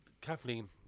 Kathleen